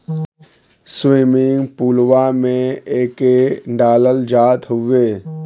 swimming पुलवा में एके डालल जात हउवे